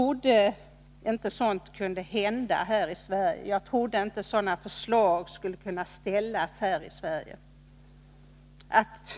Jag trodde inte att sådana förslag skulle kunna framställas här i Sverige. Att